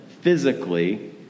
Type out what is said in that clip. physically